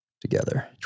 together